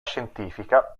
scientifica